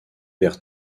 vers